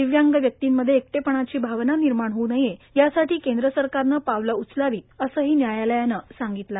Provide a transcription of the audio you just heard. शिव्यांग व्यक्तींमध्ये एकटेपणाची भावना निर्माण होऊ नये यासाठी केंद्र सरकारने पावले उचलावित असेही न्यायालयाने सांगितले आहे